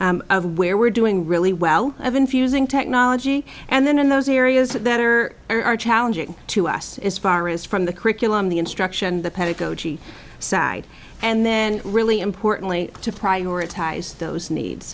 of where we're doing really well of infusing technology and then in those areas that are are challenging to us as far as from the curriculum the instruction the pedagogy side and then really importantly to prioritize those needs